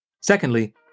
Secondly